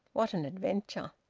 what an adventure!